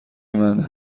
منه